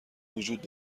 وجود